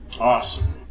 Awesome